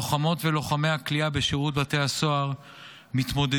לוחמות ולוחמי הכליאה בשירות בתי הסוהר מתמודדים